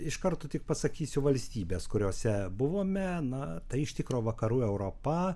iš karto tik pasakysiu valstybes kuriose buvome na tai iš tikro vakarų europa